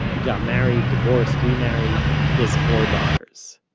he got married, divorced, remarried. he has four daughters